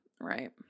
Right